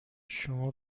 شما